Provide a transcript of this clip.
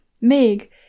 Meg